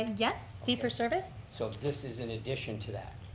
and yes, fee for service. so this is in addition to that?